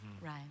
Right